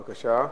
בבקשה.